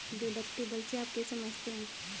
Deductible से आप क्या समझते हैं?